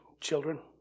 children